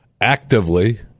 actively